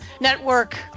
network